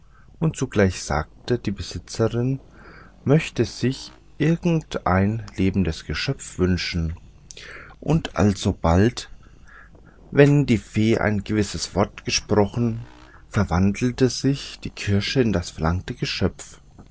und zugleich sagte die besitzerin möchte sich irgendein lebendes geschöpf wünschen und alsobald wenn die fee ein gewisses wort gesprochen verwandelte sich die kirsche in das verlangte geschöpf